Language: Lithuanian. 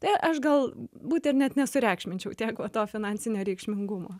tai aš gal būt ir net nesureikšminčiau tiek va to finansinio reikšmingumo